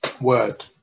word